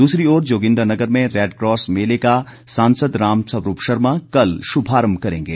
दूसरी ओर जोगिन्दरनगर में रेडक्रॉस मेले का सांसद रामस्वरूप शर्मा कल शुभारम्भ करेंगे